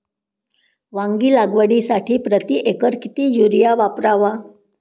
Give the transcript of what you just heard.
वांगी लागवडीसाठी प्रति एकर किती युरिया वापरावा?